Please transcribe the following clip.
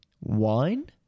wine